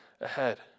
ahead